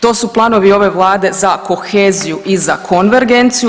To su planovi ove Vlade za koheziju i za konvergenciju.